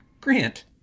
Grant